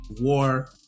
war